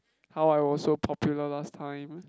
how I was so popular last time